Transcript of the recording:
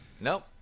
Nope